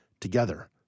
together